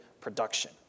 production